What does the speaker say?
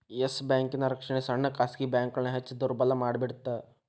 S ಬ್ಯಾಂಕಿನ್ ರಕ್ಷಣೆ ಸಣ್ಣ ಖಾಸಗಿ ಬ್ಯಾಂಕ್ಗಳನ್ನ ಹೆಚ್ ದುರ್ಬಲಮಾಡಿಬಿಡ್ತ್